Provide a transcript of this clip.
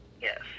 Yes